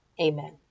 Amen